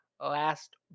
last